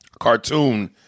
cartoon